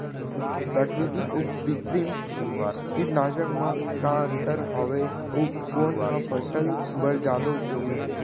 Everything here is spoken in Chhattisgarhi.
प्राकृतिक अऊ कृत्रिम कीटनाशक मा का अन्तर हावे अऊ कोन ह फसल बर जादा उपयोगी हे?